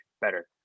better